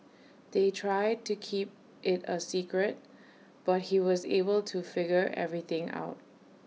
they tried to keep IT A secret but he was able to figure everything out